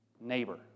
neighbor